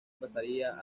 pasaría